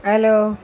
hello